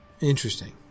Interesting